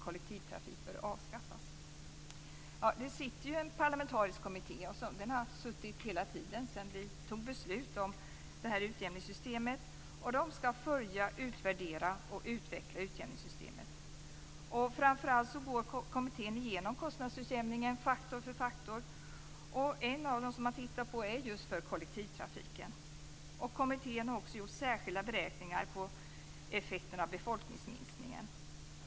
Det har suttit en parlamentarisk kommitté hela tiden sedan vi fattade beslut om utjämningssystemet, som skall följa, utvärdera och utveckla utjämningssystemet. Framför allt går kommittén igenom kostnadsutjämningen, faktor för faktor. En av de faktorer som man tittar på gäller just för kollektivtrafiken. Kommittén har också gjort särskilda beräkningar på effekterna av befolkningsminskningen.